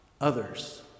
others